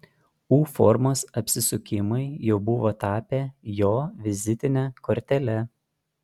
u formos apsisukimai jau buvo tapę jo vizitine kortele